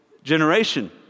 generation